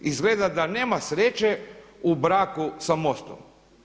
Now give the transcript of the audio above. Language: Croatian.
Izgleda da nema sreće u braku sa MOST-om.